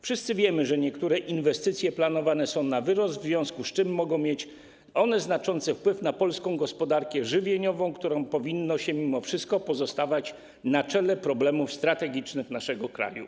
Wszyscy wiemy, że niektóre inwestycje planowane są na wyrost, w związku z czym mogą mieć znaczący wpływ na polską gospodarkę żywieniową, którą powinno się mimo wszystko pozostawiać na czele problemów strategicznych naszego kraju.